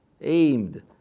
aimed